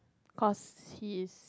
cause he's